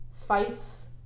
fights